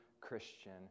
Christian